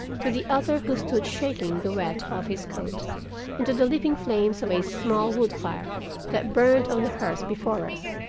to the other who stood shaking the wet off his coat into the leaping flames of a small wood fire that burned on the hearth before us.